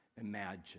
imagine